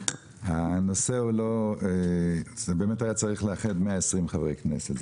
הנושא היה באמת צריך לאחד 120 חברי כנסת.